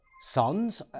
sons